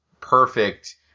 perfect